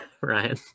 Ryan